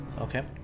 Okay